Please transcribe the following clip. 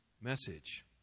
message